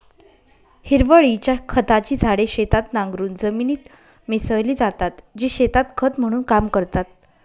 हिरवळीच्या खताची झाडे शेतात नांगरून जमिनीत मिसळली जातात, जी शेतात खत म्हणून काम करतात